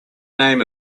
name